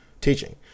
teaching